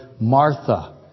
Martha